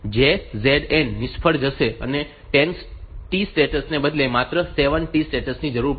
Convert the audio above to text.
તેથી JZN નિષ્ફળ જશે અને 10 T સ્ટેટ્સને બદલે માત્ર 7 T સ્ટેટ્સની જરૂર પડશે